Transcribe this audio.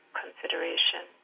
consideration